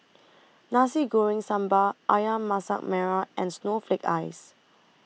Nasi Goreng Sambal Ayam Masak Merah and Snowflake Ice